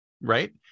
right